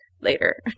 later